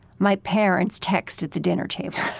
my parents text at the dinner table.